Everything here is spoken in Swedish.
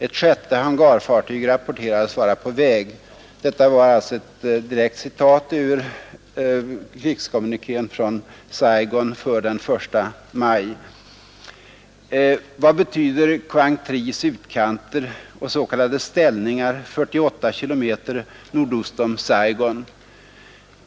Ett sjätte hangarfartyg rapporterades vara på väg.” Vad betyder Quang Tris utkanter och s.k. ställningar 48 km nordost om Saigon?